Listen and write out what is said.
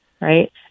right